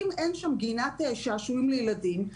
אם אין שם גינת שעשועים לילדים,